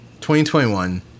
2021